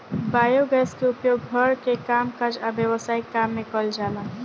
biogas के उपयोग घर के कामकाज आ व्यवसायिक काम में कइल जाला